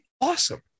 awesome